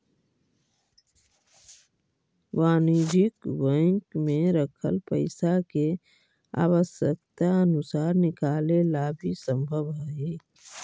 वाणिज्यिक बैंक में रखल पइसा के आवश्यकता अनुसार निकाले ला भी संभव हइ